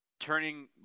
Turning